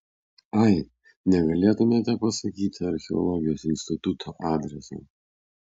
ai negalėtumėte pasakyti archeologijos instituto adreso